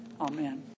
Amen